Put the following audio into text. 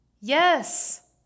Yes